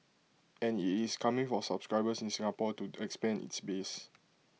and IT is coming for subscribers in Singapore to expand its base